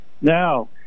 Now